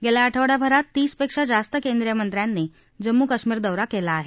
गेल्या एक आठ्वडाभरात तीसपेक्षा जास्त केंद्रीयमंत्र्यांनी जम्मू कश्मीर दौरा केला आहे